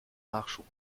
nachschub